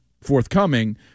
forthcoming